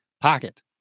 Pocket